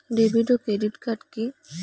David ও credit card কি?